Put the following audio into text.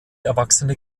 erwachsene